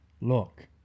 Look